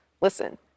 listen